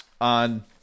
on